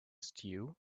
stew